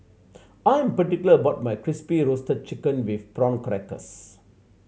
I'm particular about my Crispy Roasted Chicken with Prawn Crackers